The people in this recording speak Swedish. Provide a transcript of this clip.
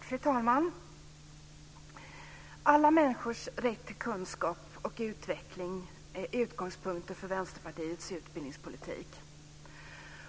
Fru talman! Alla människors rätt till kunskap och utveckling är utgångspunkten för Vänsterpartiets utbildningspolitik.